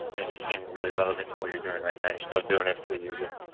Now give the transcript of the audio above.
and it just seems really relevant to what you're doing right now, you're still doing it for the user.